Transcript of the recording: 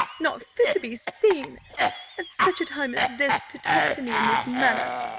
not fit to be seen at such a time as this, to talk to me in this manner!